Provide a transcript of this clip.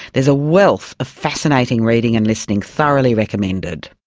there's a wealth of fascinating reading and listening, thoroughly recommended.